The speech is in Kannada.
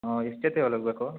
ಹಾಂ ಎಷ್ಟು ಜೊತೆ ಹೊಲಿ ಬೇಕು